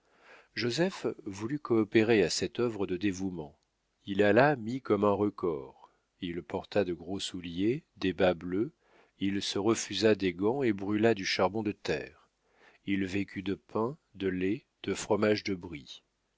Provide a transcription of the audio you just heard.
joseph voulu coopérer à cette œuvre de dévouement il alla mis comme un recors il porta de gros souliers des bas bleus il se refusa des gants et brûla du charbon de terre il vécut de pain de lait de fromage de brie